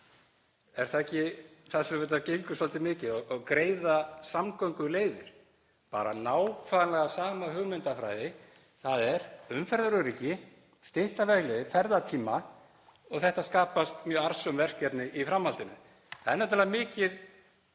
Er það ekki það sem þetta gengur svolítið mikið út á, og greiða samgönguleiðir? Bara nákvæmlega sama hugmyndafræði, þ.e. umferðaröryggi, stytta vegleiðir, ferðatíma. Þetta skapar mjög arðsöm verkefni í framhaldinu. Það er nefnilega mjög